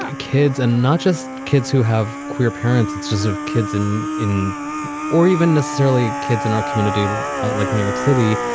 ah kids and not just kids who have queer parents, it's just of kids and in or even necessarily kids in our community like new york city,